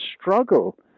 struggle